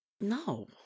No